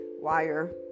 wire